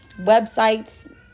websites